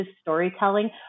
storytelling